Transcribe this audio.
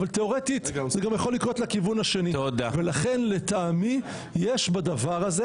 אבל תיאורטית זה גם יכול לקרות לכיוון השני ולכן לטעמי יש בדבר הזה